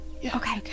Okay